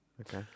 Okay